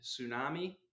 tsunami